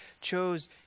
chose